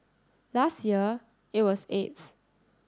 last year it was eighth